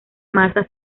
masa